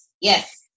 yes